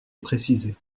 préciser